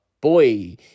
boy